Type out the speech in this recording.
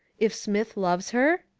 if smith loves her?